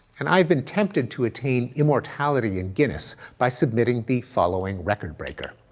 and i've been tempted to obtain immortality in guinness by submitting the following record breaker.